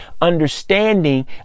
understanding